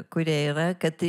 kurie yra kad